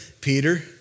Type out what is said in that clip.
Peter